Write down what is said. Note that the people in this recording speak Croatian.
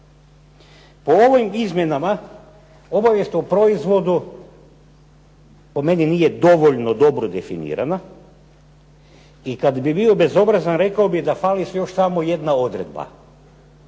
Po ovim izmjenama obavijest o proizvodu po meni nije dovoljno dobro definirana i kad bih bio bezobrazan rekao bih da fali još samo jedna odredba,